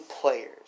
players